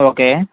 okay